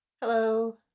Hello